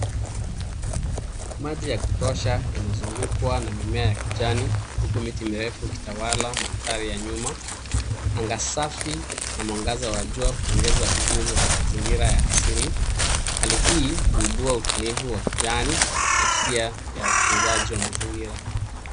Maji ya kutosha imezungukwa na mimea ya kijani huku miti mirefu ikitawala mandhari ya nyuma. Anga safi na mwangaza wa jua huongeza uzuri wa mazingira ya asili. Hali hii huibua utulivu wa kijani na hisia ya utunzaji wa mazingira.